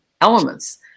elements